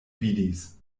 vidis